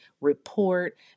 report